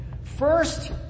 First